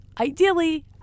ideally